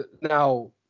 Now